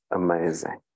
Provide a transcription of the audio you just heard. amazing